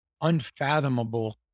unfathomable